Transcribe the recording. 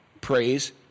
praise